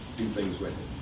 do things with